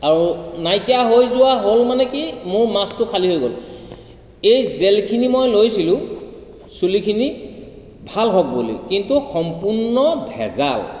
আৰু নাইকিয়া হৈ যোৱা হ'ল মানে কি মোৰ মাচটো খালী হৈ গ'ল এই জেলখিনি মই লৈছিলো চুলিখিনি ভাল হওক বুলি কিন্তু সম্পূৰ্ণ ভেজাল